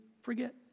forget